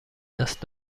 دست